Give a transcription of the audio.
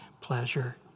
pleasure